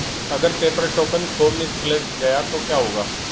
अगर paper token खो misplaced गया तो क्या होगा?